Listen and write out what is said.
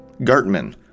Gartman